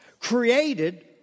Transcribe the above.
Created